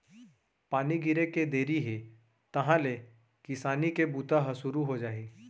पानी गिरे के देरी हे तहॉं ले किसानी के बूता ह सुरू हो जाही